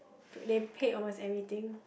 they paid almost everything